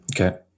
Okay